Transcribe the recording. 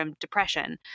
depression